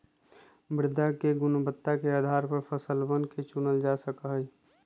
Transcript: मृदा के गुणवत्ता के आधार पर फसलवन के चूनल जा जाहई